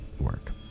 work